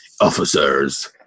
officers